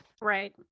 right